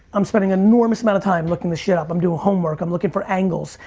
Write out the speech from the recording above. i'm spending enormous amount of time looking this shit up. i'm doing homework, i'm looking for angles,